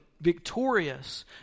victorious